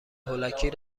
هولکی